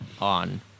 on